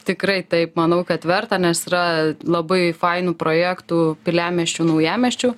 tikrai taip manau kad verta nes yra labai fainų projektų piliamiesčių naujamiesčių